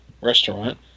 restaurant